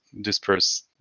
disperse